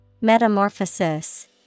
metamorphosis